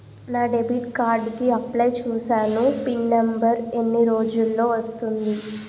నా debit card కి apply చూసాను పిన్ నంబర్ ఎన్ని రోజుల్లో వస్తుంది?